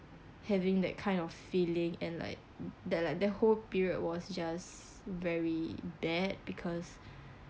having that kind of feeling and like that like the whole period was just very bad because